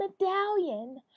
medallion